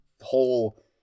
whole